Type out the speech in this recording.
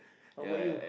how bout you